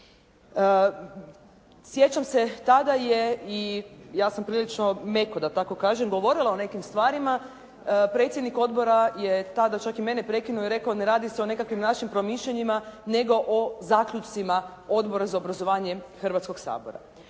Sjećam se tada je i ja sam prilično meko da tako kažem govorila o nekim stvarima, predsjednik odbora je tada čak i mene prekinuo i rekao: «Ne radi se o nekakvim našim promišljanjima nego o zaključcima Odbora za obrazovanje Hrvatskog sabora.»